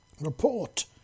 Report